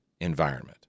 environment